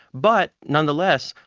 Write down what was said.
but, nonetheless,